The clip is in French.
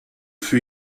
fut